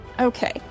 Okay